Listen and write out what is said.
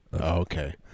okay